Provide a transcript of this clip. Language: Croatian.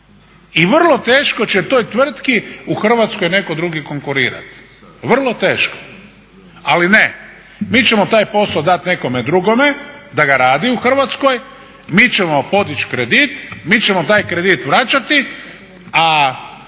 i vrlo teško će to tvrtki u Hrvatskoj netko drugi konkurirati, vrlo teško. Ali ne, mi ćemo taj posao dati nekome drugome da ga radi u Hrvatskoj, mi ćemo podići kredit, mi ćemo taj kredit vraćati a